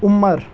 عُمر